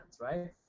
right